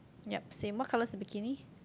yup same what colours the bikini